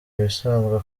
ibisanzwe